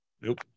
Nope